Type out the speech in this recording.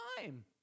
time